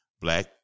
black